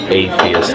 atheist